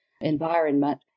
environment